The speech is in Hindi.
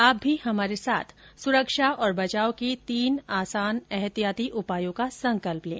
आप भी हमारे साथ सुरक्षा और बचाव के तीन आसान एहतियाती उपायों का संकल्प लें